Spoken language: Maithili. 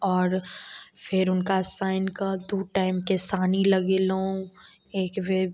आओर फेर हुनका सानि कऽ दू टाइमके सानी लगेलहुॅं एकबेर